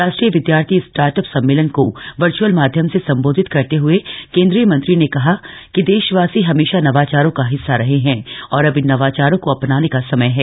राष्ट्रीय विदयार्थी स्टाटअप सम्मेलन को वर्च्अल माध्यम से संबोधित करते हए केंद्रीय मंत्री ने कहा कि देशवासी हमेशा नवाचारों का हिस्सा रहे हैं और अब इन नवाचारों को अपनाने का समय है